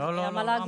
למל"ג.